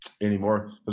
anymore